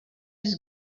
his